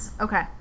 Okay